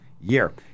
year